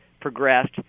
progressed